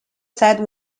site